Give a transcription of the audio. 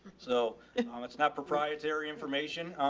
so and um it's not proprietary information.